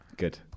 good